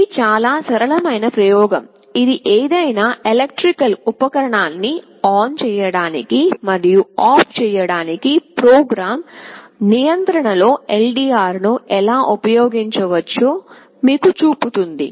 ఇది చాలా సరళమైన ప్రయోగం ఇది ఏదైనా ఎలక్ట్రికల్ ఉపకరణాన్ని ఆన్ చేయడానికి మరియు ఆపివేయడానికి ప్రోగ్రామ్ నియంత్రణలో LDR ను ఎలా ఉపయోగించవచ్చో మీకు చూపుతుంది